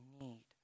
need